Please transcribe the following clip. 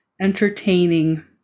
entertaining